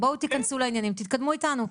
בואו תכנסו לעניינים ותתקדמו איתנו.